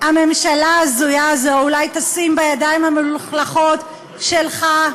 הממשלה ההזויה הזו אולי תשים בידיים המלוכלכות שלך,